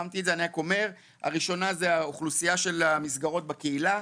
הראשונה זו האוכלוסייה של המסגרות בקהילה,